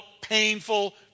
painful